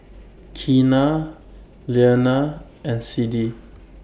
Keena Leana and Siddie